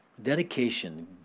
Dedication